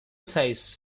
taste